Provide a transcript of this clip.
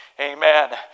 Amen